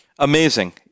Amazing